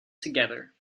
together